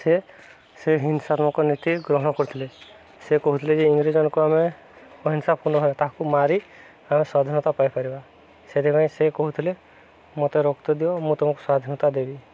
ସେ ସେ ହିଂସାତ୍ମକ ନୀତି ଗ୍ରହଣ କରୁଥିଲେ ସେ କହୁଥିଲେ ଯେ ଇଂରେଜାନଙ୍କୁ ଆମେ ଅହଂସା ପୂର୍ଣ୍ଣ ତାହାକୁ ମାରି ଆମେ ସ୍ୱାଧୀନତା ପାଇପାରିବା ସେଥିପାଇଁ ସେ କହୁଥିଲେ ମୋତେ ରକ୍ତ ଦିଅ ମୁଁ ତୁମକୁ ସ୍ୱାଧୀନତା ଦେବି